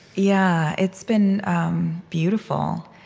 yeah it's been beautiful,